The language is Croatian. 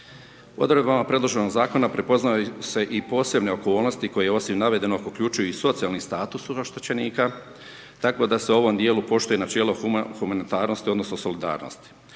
Odredbama predloženog zakona prepoznaje se i posebne okolnosti, koje osim navedenog uključuju i socijalni status oštećenika, tako da se u ovom dijelu poštuje načelo humanitarnosti odnosno solidarnosti.